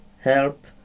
help